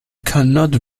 cannot